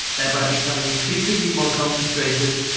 thereby becoming increasingly more concentrated,